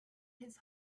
his